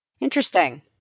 Interesting